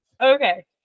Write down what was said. okay